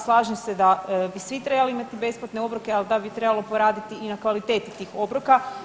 Slažem se da bi svi trebali imati besplatne obroke, ali da bi trebalo poraditi i na kvaliteti tih obroka.